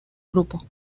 grupo